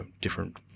different